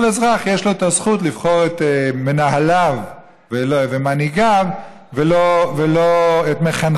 כל אזרח יש לו את הזכות לבחור את מנהליו ומנהיגיו ואת מחנכיו,